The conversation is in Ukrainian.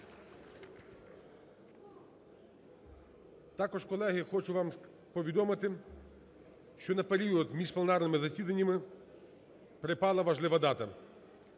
Також, колеги, хочу вам повідомити, що на період між пленарними засіданням припала важлива дата.